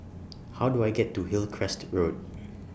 How Do I get to Hillcrest Road